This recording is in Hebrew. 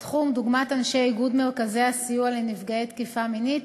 דוגמת אנשי איגוד מרכזי הסיוע לנפגעות ונפגעי תקיפה מינית,